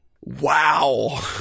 Wow